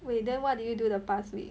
wait then what did you do the past week